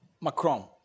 Macron